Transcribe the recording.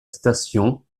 station